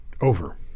Over